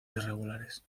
irregulares